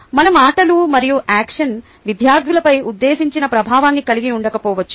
మన మాటలు మరియు యాక్షన్ విద్యార్థులపై ఉద్దేశించిన ప్రభావాన్ని కలిగి ఉండకపోవచ్చు